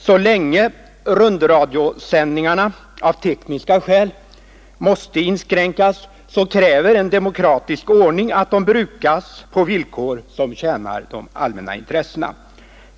Så länge rundradiosändningarna av tekniska skäl måste inskränkas kräver en demokratisk ordning att de brukas på villkor som tjänar de allmänna intressena.